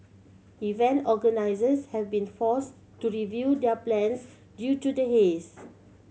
event organisers have been forced to review their plans due to the haze